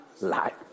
life